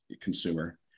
consumer